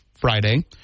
Friday